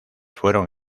fueron